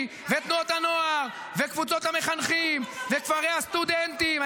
ותנועות הנוער וקבוצות המחנכים וכפרי הסטודנטים.